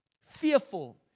fearful